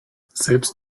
selbst